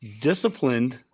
disciplined